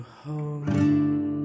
home